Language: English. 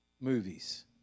movies